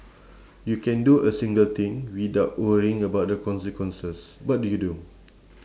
you can do a single thing without worrying about the consequences what do you do